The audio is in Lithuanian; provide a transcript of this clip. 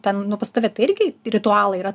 ten nu pas tave tai irgi ritualai yra